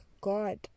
God